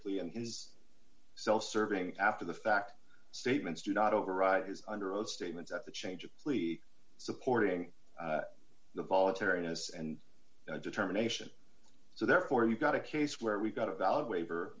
plea in his self serving after the fact statements do not override his under oath statements at the change of plea supporting the voluntariness and determination so therefore we've got a case where we got a valid waiver